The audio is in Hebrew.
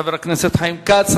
חבר הכנסת חיים כץ.